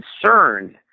concerned